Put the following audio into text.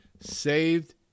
Saved